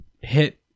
hit